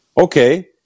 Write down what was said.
okay